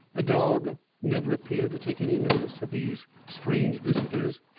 the dog never appeared to take any notice of these strange visitors,